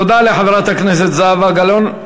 תודה לחברת הכנסת זהבה גלאון.